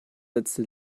setzte